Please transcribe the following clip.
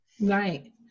right